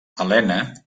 helena